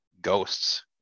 ghosts